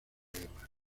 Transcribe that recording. guerra